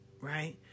right